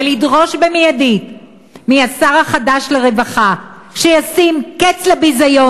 ולדרוש במיידי מהשר הרווחה החדש שישים קץ לביזיון